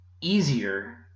easier